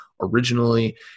originally